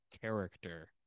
character